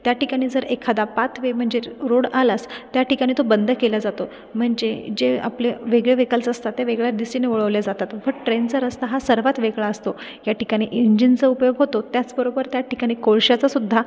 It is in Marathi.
त्या ठिकाणी जर एखादा पाथवे म्हणजे रोड आलाच त्या ठिकाणी तो बंद केला जातो म्हणजे जे आपले वेगळे वेहिकल्स असतात ते वेगळ्या दिशेने वळवले जातात पण ट्रेनचा रस्ता हा सगळ्यात वेगळा असतो या ठिकाणी इंजिनचं उपयोग होतो त्याचबरोबर त्या ठिकाणी कोळशाचा सुद्धा